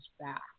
back